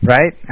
Right